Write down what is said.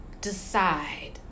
decide